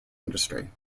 industry